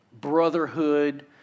brotherhood